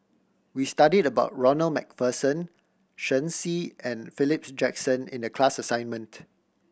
we studied about Ronald Macpherson Shen Xi and Philip Jackson in the class assignment